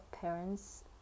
parents